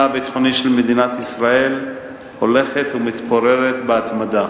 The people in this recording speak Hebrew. הביטחוני של מדינת ישראל הולכת ומתפוררת בהתמדה.